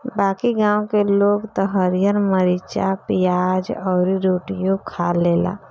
बाकी गांव के लोग त हरिहर मारीचा, पियाज अउरी रोटियो खा लेला